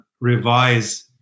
revise